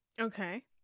Okay